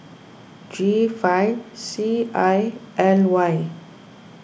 G five C I L Y